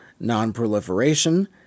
non-proliferation